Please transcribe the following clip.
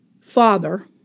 father